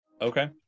Okay